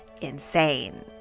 insane